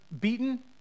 beaten